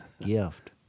gift